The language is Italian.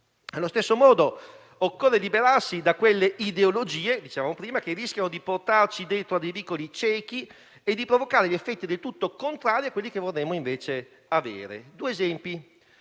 Allo stesso modo, occorre liberarsi da quelle ideologie che rischiano di portarci dentro vicoli ciechi e di provocare effetti del tutto contrari a quelli che vorremmo invece avere. Faccio due esempi